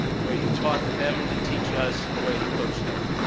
the way he taught them to teach us and the way he coached us.